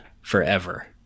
forever